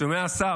אתה שומע, השר?